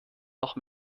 noch